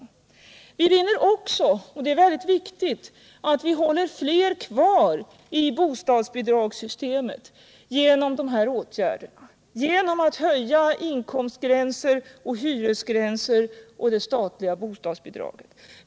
För det andra skulle vi vinna, och det är mycket viktigt, att fler människor hålls kvar i bostadsbidragssystemet, dvs. genom att inkomstgränserna, hyresgränserna och det statliga bostadsbidraget höjs.